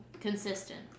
consistent